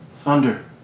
Thunder